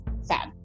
sad